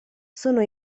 sono